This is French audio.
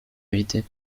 invités